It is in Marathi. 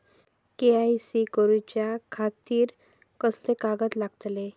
के.वाय.सी करूच्या खातिर कसले कागद लागतले?